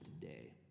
today